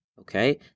okay